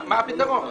מה הפתרון?